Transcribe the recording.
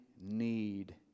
need